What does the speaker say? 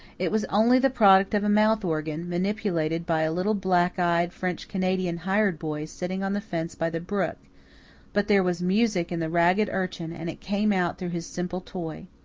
it was only the product of a mouth-organ, manipulated by a little black-eyed, french-canadian hired boy, sitting on the fence by the brook but there was music in the ragged urchin and it came out through his simple toy.